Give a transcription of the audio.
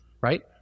right